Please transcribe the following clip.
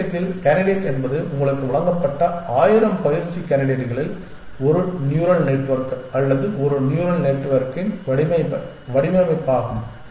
இந்த விஷயத்தில் கேண்டிடேட் என்பது உங்களுக்கு வழங்கப்பட்ட ஆயிரம் பயிற்சி கேண்டிடேட்களில் ஒரு நியூரல் நெட்வொர்க் அல்லது ஒரு நியூரல் நெட்வொர்க்கின் வடிவமைப்பாகும்